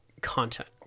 content